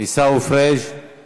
עיסאווי פריג';